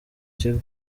kigo